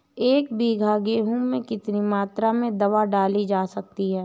एक बीघा गेहूँ में कितनी मात्रा में दवा डाली जा सकती है?